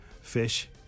fish